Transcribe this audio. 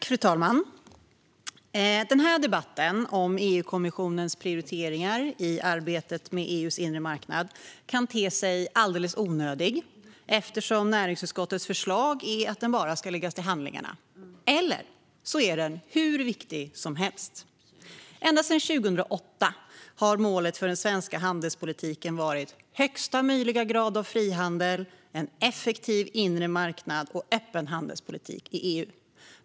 Fru talman! Den här debatten om EU-kommissionens prioriteringar i arbetet med EU:s inre marknad kan te sig alldeles onödig eftersom näringsutskottets förslag är att den bara ska läggas till handlingarna - eller så är den hur viktig som helst. Ända sedan 2008 har målet för den svenska handelspolitiken varit högsta möjliga grad av frihandel, en effektiv inre marknad och en öppen handelspolitik i EU.